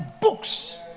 books